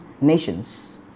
nations